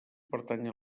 pertanyen